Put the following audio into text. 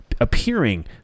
appearing